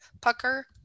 pucker